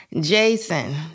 Jason